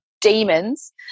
demons